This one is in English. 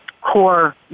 core